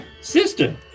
Sister